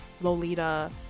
Lolita